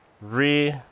re